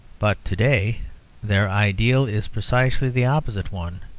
but to-day their ideal is precisely the opposite one,